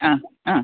ആ ആ